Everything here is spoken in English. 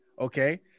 Okay